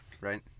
right